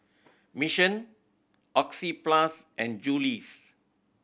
Mission Oxyplus and Julie's